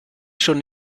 schon